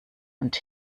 und